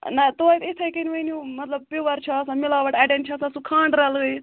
نَہ توتہِ یِتھَے کٔنۍ ؤنِو مطلب پِوَر چھُ آسان مِلاوٹ اَڑٮ۪ن چھُ آسان سُہ کھنٛڈ رَلایِتھ